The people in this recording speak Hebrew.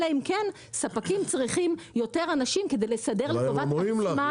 אלא אם כן ספקים צריכים יותר אנשים כדי לסדר לטובת עצמם,